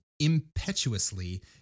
Impetuously